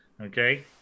Okay